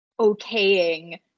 okaying